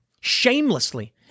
shamelessly